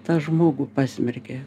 tą žmogų pasmerkia